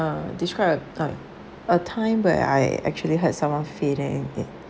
uh describe a a time where I actually hurt someone feeling